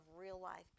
real-life